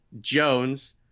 Jones